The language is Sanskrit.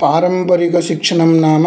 पारम्परिकसिक्षणं नाम